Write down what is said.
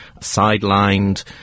sidelined